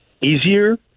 easier